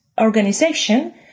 organization